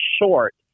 short